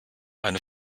eine